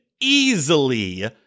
easily